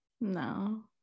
No